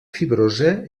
fibrosa